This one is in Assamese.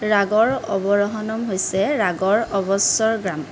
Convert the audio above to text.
ৰাগৰ অৱৰহণম হৈছে ৰাগৰ অৱস্বৰগ্ৰাম